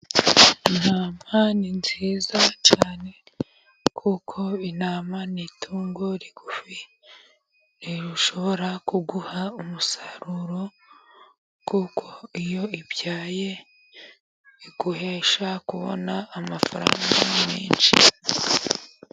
Intama ni nziza cyane, kuko intama ni itungo rigufi, rishobora kuguha umusaruro, kuko iyo ibyaye iguhesha kubona amafaranga menshi.